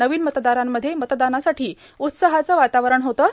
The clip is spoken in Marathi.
नवीन मतदारांमध्ये मतदानासाठी उत्साहाचं वातावरण होतं